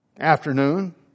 afternoon